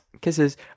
Kisses